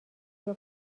بیا